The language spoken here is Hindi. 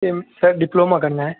ये सर डिप्लोमा करना है